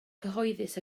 cyhoeddus